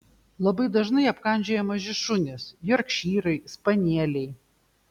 labai dažnai apkandžioja maži šunys jorkšyrai spanieliai